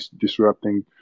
disrupting